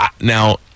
Now